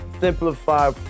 simplify